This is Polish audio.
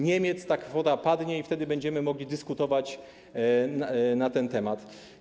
Niemiec ta kwota padnie i wtedy będziemy mogli dyskutować na ten temat.